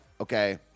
okay